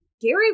Gary